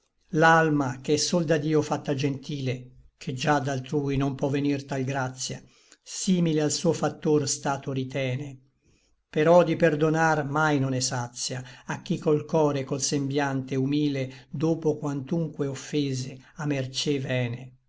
l'alma ch'è sol da dio facta gentile ché già d'altrui non pò venir tal gratia simile al suo factor stato ritene però di perdonar mai non è sacia a chi col core et col sembiante humile dopo quantunque offese a mercé vène